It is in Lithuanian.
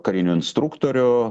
karinių instruktorių